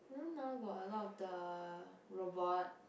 you know now got a lot of the robot